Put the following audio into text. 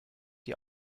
die